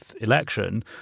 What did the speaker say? election